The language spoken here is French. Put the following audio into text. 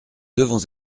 devons